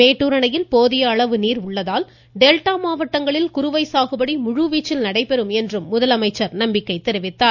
மேட்டுர் அணையில் போதிய அளவு நீர் உள்ளதால் டெல்டா மாவட்டங்களில் குறுவை சாகுபடி முழுவீச்சில் நடைபெறும் என்றும் முதலமைச்சர் நம்பிக்கை தெரிவித்தார்